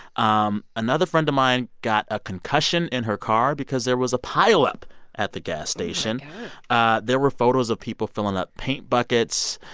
um another friend of mine got a concussion in her car because there was a pileup at the gas station ah there were photos of people filling up paint buckets.